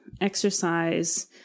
exercise